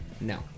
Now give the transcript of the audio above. no